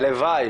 הלוואי